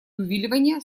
увиливания